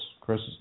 Chris